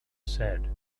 said